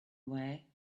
away